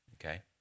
Okay